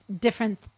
different